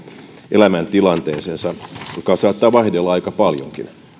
elämäntilanteeseensa joka saattaa vaihdella aika paljonkin